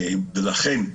ולכן,